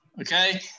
Okay